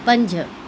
पंज